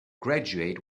graduate